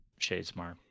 Shadesmar